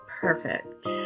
perfect